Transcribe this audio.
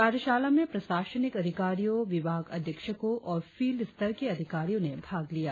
कार्यशाला में प्रशासनिक अधिकारियों विभागाध्यक्षको और फील्ड स्तर के अधिकारियों ने भाग लिया